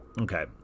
Okay